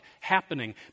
happening